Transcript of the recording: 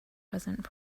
present